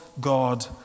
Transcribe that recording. God